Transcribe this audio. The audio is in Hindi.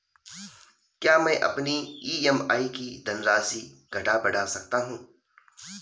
क्या मैं अपनी ई.एम.आई की धनराशि घटा बढ़ा सकता हूँ?